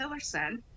Tillerson